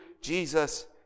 Jesus